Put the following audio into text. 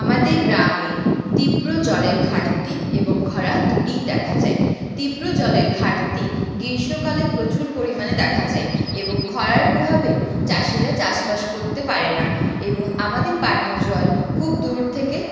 আমাদের গ্রামে তীব্র জলের ঘাটতি এবং খরা দুটিই দেখা যায় তীব্র জলের ঘাটতি গ্রীষ্মকালে প্রচুর পরিমাণে দেখা যায় এবং খরার প্রভাবে চাষীরা চাষবাস করতে পারে না এবং আমাদের পানীয় জল খুব দূর থেকে